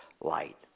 light